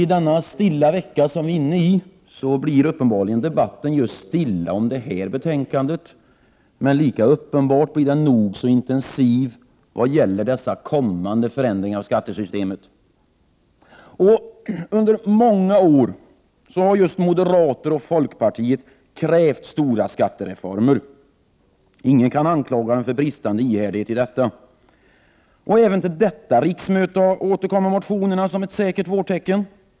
I denna stilla vecka blir debatten om detta betänkande uppenbarligen just stilla. Lika uppenbart är det att debatten blir nog så intensiv vad gäller de kommande förändringarna av skattesystemet. Under många år har moderaterna och folkpartiet krävt stora skattereformer. Ingen kan anklaga dem för bristande ihärdighet i dessa krav. Även till detta riksmöte återkommer motionerna som ett säkert vårtecken.